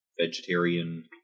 vegetarian